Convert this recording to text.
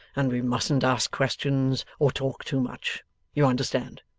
and we mustn't ask questions or talk too much you understand?